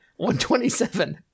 127